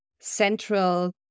central